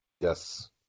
Yes